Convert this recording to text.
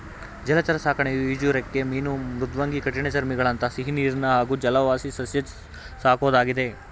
ಜಲಚರ ಸಾಕಣೆಯು ಈಜುರೆಕ್ಕೆ ಮೀನು ಮೃದ್ವಂಗಿ ಕಠಿಣಚರ್ಮಿಗಳಂಥ ಸಿಹಿನೀರಿನ ಹಾಗೂ ಜಲವಾಸಿಸಸ್ಯ ಸಾಕೋದಾಗಿದೆ